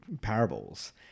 parables